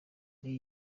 muri